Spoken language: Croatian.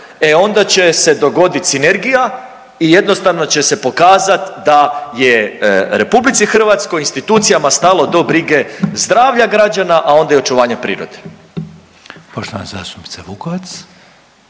e onda će se dogodit sinergija i jednostavno će se pokazat da je RH i institucijama stalo do brige zdravlja građana, a onda i očuvanja prirode.